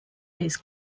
his